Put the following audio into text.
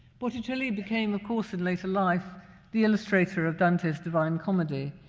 botticelli became, of course, in later life the illustrator of dante's divine comedy.